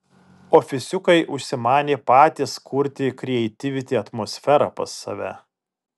ofisiukai užsimanė patys kurti krieitivity atmosferą pas save